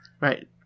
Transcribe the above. Right